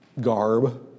garb